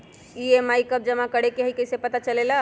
EMI कव जमा करेके हई कैसे पता चलेला?